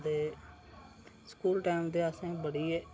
ते school time ते असें बड़ी गै